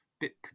bit